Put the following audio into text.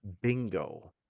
Bingo